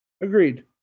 Agreed